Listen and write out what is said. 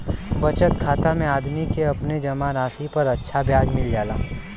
बचत खाता में आदमी के अपने जमा राशि पर अच्छा ब्याज मिल जाला